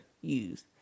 use